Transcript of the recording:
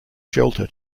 shelter